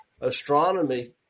astronomy